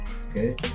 okay